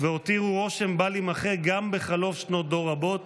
והותירו רושם בל יימחה גם בחלוף שנות דור רבות